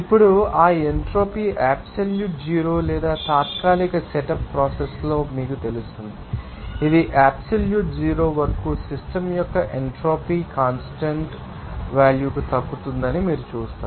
ఇప్పుడు ఆ entropy absolute zero లేదా తాత్కాలిక సెటప్ ప్రాసెస్లో మీకు తెలుస్తుంది ఇది అబ్సల్యూట్ జీరో వరకు సిస్టమ్ యొక్క ఎంట్రోపీ కాన్స్టాంట్ వాల్యూ కు తగ్గుతుందని మీరు చూస్తారు